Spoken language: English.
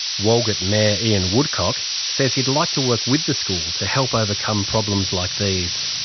walgett mayor ian woodcock says he'd like to work with the school to help overcome problems like these.